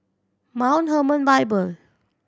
Mount Hermon Bible